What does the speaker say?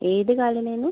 ഏത് കാലിനാണ്